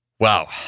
Wow